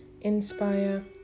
inspire